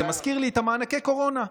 זה מזכיר לי את מענקי הקורונה.